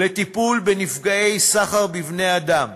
לטיפול בנפגעי סחר בבני-אדם.